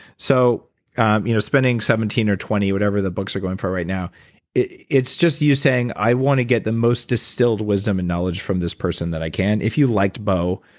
so you know spending seventeen or twenty, whatever the books are going for right now it's just you saying i want to get the most distilled wisdom and knowledge from this person that i can. if you liked bo,